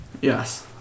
Yes